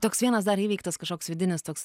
toks vienas dar įveiktas kažkoks vidinis toks